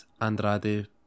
Andrade